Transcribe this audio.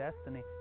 destiny